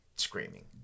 screaming